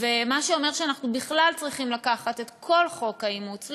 מה שאומר שאנחנו בכלל צריכים לקחת את כל חוק האימוץ,